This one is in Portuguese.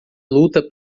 luta